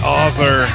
author